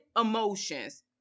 emotions